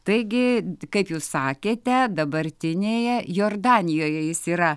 taigi kaip jūs sakėte dabartinėje jordanijoje jis yra